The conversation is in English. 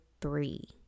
three